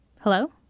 Hello